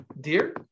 dear